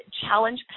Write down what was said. challenge